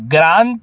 ग्रान्थः